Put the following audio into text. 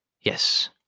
Yes